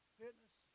fitness